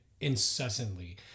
incessantly